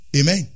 Amen